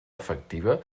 efectiva